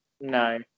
No